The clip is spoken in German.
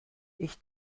ich